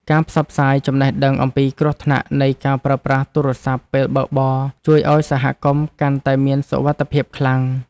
ការផ្សព្វផ្សាយចំណេះដឹងអំពីគ្រោះថ្នាក់នៃការប្រើប្រាស់ទូរសព្ទពេលបើកបរជួយឱ្យសហគមន៍កាន់តែមានសុវត្ថិភាពខ្លាំង។